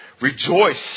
Rejoice